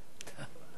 אדוני היושב-ראש,